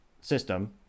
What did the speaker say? system